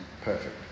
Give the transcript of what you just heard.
perfect